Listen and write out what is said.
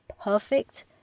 perfect